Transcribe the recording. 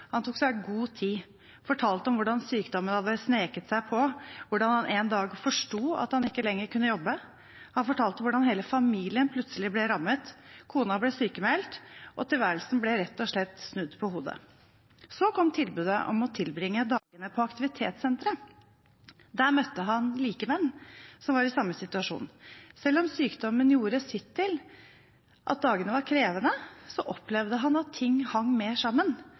Han tok seg god tid, fortalte om hvordan sykdommen hadde sneket seg på, hvordan han en dag forsto at han ikke lenger kunne jobbe. Han fortalte hvordan hele familien plutselig ble rammet. Kona ble sykmeldt, og tilværelsen ble rett og slett snudd på hodet. Så kom tilbudet om å tilbringe dagene på aktivitetssenteret. Der møtte han likemenn, de som var i samme situasjon. Selv om sykdommen gjorde sitt til at dagene var krevende, opplevde han at ting hang mer sammen.